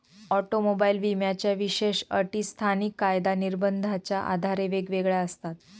automobile विम्याच्या विशेष अटी स्थानिक कायदा निर्बंधाच्या आधारे वेगवेगळ्या असतात